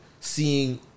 seeing